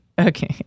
Okay